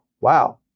Wow